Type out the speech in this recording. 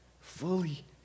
fully